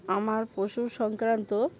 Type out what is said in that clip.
আমার পশু সংক্রান্ত